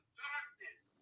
darkness